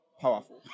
Powerful